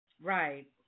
Right